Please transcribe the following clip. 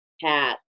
hat